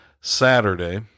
Saturday